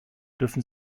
dürfen